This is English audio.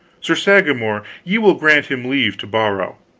sir sagramore, ye will grant him leave to borrow.